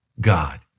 God